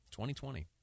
2020